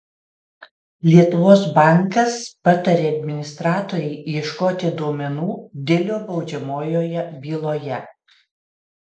lietuvos bankas patarė administratorei ieškoti duomenų dilio baudžiamojoje byloje